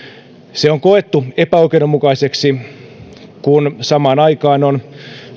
se on koettu epäoikeudenmukaiseksi kun samaan aikaan on